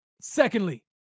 Secondly